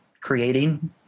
creating